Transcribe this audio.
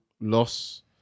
loss